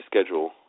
schedule